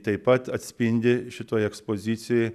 taip pat atspindi šitoj ekspozicijoj